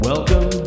Welcome